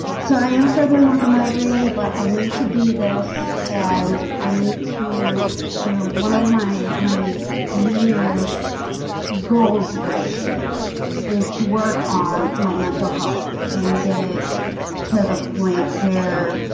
so i am struggling with a migraine, but i need to do this and i need to you know one of my my new year's goals for this year is to work on my mental health and get it to the point. where?